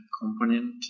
component